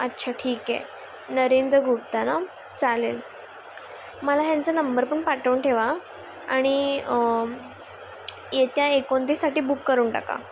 अच्छा ठीके नरेंद्र गुप्ता ना चालेल मला ह्यांचा नंबर पण पाठवून ठेवा आणि त्या एकोनतीससाठी बुक करून टाका